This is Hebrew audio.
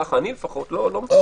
כך אני לפחות לא מצביע.